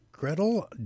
Gretel